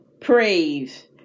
praise